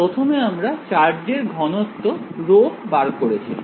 প্রথমে আমরা চার্জের ঘনত্ব রো বার করেছিলাম